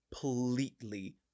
completely